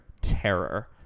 terror